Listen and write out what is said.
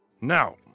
Now